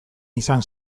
izan